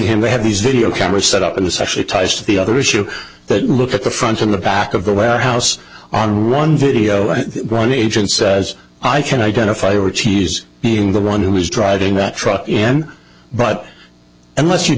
him they have these video cameras set up and it's actually ties to the other shoe that look at the front in the back of the warehouse on one video i run agent says i can identify which he's being the one who was driving that truck in but unless you've